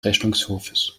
rechnungshofs